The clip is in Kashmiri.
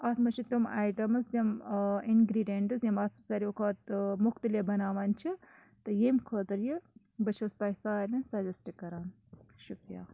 اَتھ منٛز چھِ تم آیٹَمٕز یِم اِنگرٛیٖڈَنٛٹٕز یِم اَتھ ساروِی کھۄتہٕ مُختٔلِف بَناوان چھِ تہٕ ییٚمہِ خٲطرٕ یہِ بہٕ چھس تۄہہِ ساروٕںۍ سَجَسٹ کَران شُکریہ